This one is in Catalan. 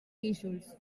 guíxols